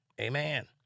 Amen